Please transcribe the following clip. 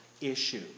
issue